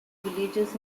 villages